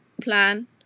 Plan